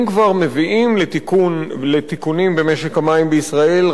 אם כבר מביאים לתיקונים במשק המים בישראל,